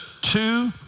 two